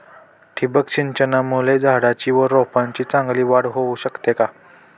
ठिबक सिंचनामुळे झाडाची व रोपांची चांगली वाढ होऊ शकते का?